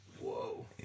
Whoa